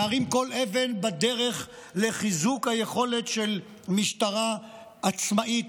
להרים כל אבן בדרך לחיזוק היכולת של משטרה עצמאית,